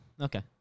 Okay